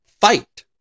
fight